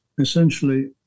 essentially